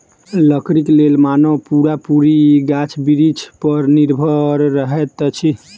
लकड़ीक लेल मानव पूरा पूरी गाछ बिरिछ पर निर्भर रहैत अछि